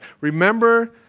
remember